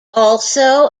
also